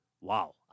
wow